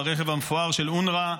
לרכב המפואר של אונר"א,